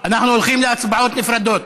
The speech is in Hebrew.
אנחנו הולכים להצבעות נפרדות.